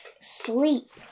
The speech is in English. Sleep